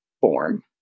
form